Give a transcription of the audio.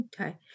Okay